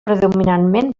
predominantment